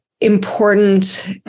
important